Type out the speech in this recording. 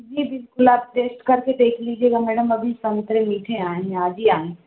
जी बिल्कुल आप टेस्ट कर के देख लीजिएगा मैडम अभी संतरे मीठे आएं हैं आज ही आएं